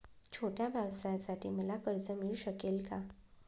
छोट्या व्यवसायासाठी मला कर्ज मिळू शकेल का?